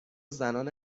زنان